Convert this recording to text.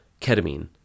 ketamine